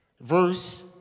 Verse